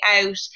out